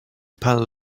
paar